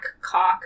cock